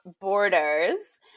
borders